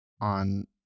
on